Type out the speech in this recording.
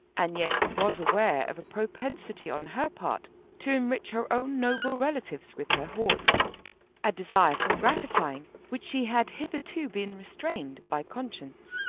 and yet he was aware of a propensity on her part to enrich her own noble relatives with her hoards a desire from gratifying which she had hitherto been restrained by conscience.